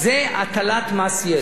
על הטלת מס יסף.